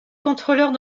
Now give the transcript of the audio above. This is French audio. contrôleurs